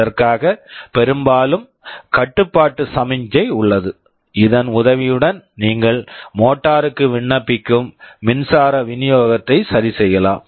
இதற்காக பெரும்பாலும் கட்டுப்பாட்டு சமிக்ஞை உள்ளது இதன் உதவியுடன் நீங்கள் மோட்டார் motor க்கு விண்ணப்பிக்கும் மின்சார விநியோகத்தை சரிசெய்யலாம்